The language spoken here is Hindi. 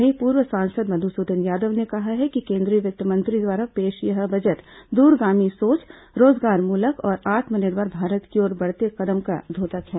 वहीं पूर्व सांसद मधुसूदन यादव ने कहा कि केंद्रीय वित्त मंत्री द्वारा पेश यह बजट दूरगामी सोच रोजगारमूलक और आत्मनिर्भर भारत की ओर बढ़ते कदम का द्योतक है